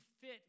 fit